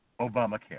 Obamacare